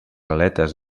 aletes